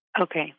Okay